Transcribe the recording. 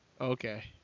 Okay